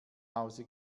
hause